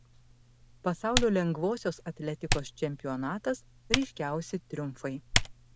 pasaulio lengvosios atletikos čempionatas ryškiausi triumfai